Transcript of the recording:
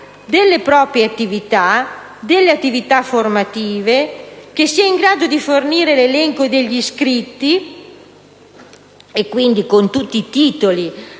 alle proprie attività, alle attività formative, e che siano in grado di fornire l'elenco degli iscritti, compresi tutti i titoli